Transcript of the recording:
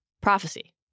Prophecy